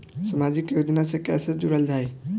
समाजिक योजना से कैसे जुड़ल जाइ?